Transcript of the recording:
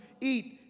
eat